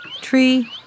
tree